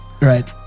Right